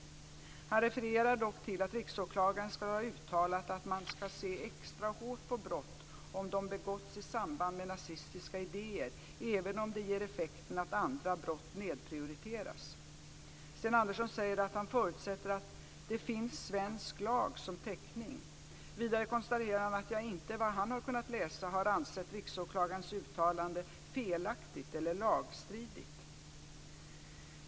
Han refererar dock till att riksåklagaren ska ha uttalat att "man ska se extra hårt på brott om de begåtts i samband med nazistiska idéer även om det ger effekten att andra brott nedprioriteras". Sten Andersson säger att han förutsätter att "det finns svensk lag som täckning". Vidare konstaterar han att jag inte, vad han har kunnat läsa, har ansett riksåklagarens uttalande "felaktigt eller lagstridigt".